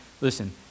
listen